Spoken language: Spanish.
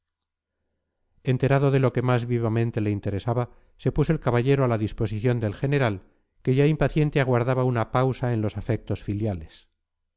enterado de lo que más vivamente le interesaba se puso el caballero a la disposición del general que ya impaciente aguardaba una pausa en los afectos filiales